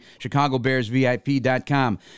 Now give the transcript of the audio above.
ChicagoBearsVIP.com